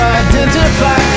identify